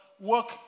Work